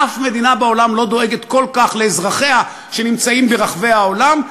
אף מדינה בעולם לא דואגת כל כך לאזרחיה שנמצאים ברחבי העולם,